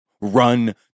Run